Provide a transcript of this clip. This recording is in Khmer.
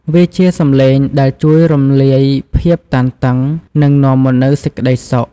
វាជាសំឡេងដែលជួយរំលាយភាពតានតឹង និងនាំមកនូវសេចក្តីសុខ។